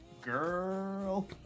girl